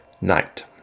night